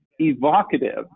evocative